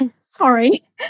Sorry